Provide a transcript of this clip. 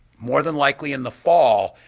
more than likely in the fall,